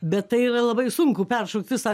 bet tai yra labai sunku peršokt visą